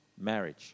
marriage